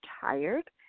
tired